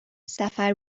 سفر